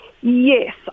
Yes